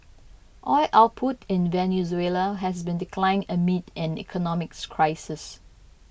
oil output in Venezuela has been declining amid an economic crisis